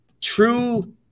true